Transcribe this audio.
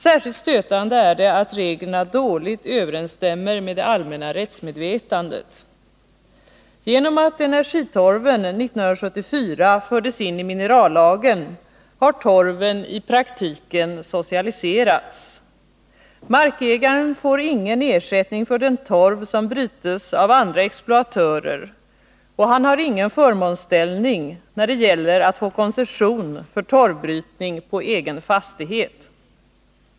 Särskilt stötande är det att reglerna dåligt överensstämmer med det allmänna rättsmedvetandet. Genom att energitorven 1974 fördes in i minerallagen har torven i praktiken socialiserats. Markägaren får ingen ersättning för den torv som brytes av andra exploatörer och han har ingen förmånsställning när det gäller att få koncession för torvbrytning på egen fastighet.